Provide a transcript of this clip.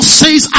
says